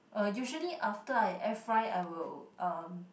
uh usually after I air fry I will um